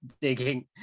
digging